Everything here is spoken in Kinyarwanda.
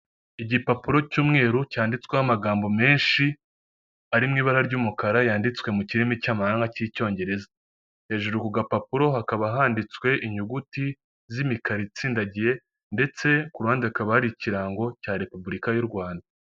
Igipapuro cy’umweru cyanditsweho amagambo menshi ari mu ibara ry’umukara, yanditswe mu kirimi cy’amahanga cy’icyongereza. Hejuru ku gapapuro hakaba handitswe inyuguti z’imikarari itsindagiye, ndetse ku ruhande kaba ari ikirango cya Repubulika y’u Rwanda.